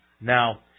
Now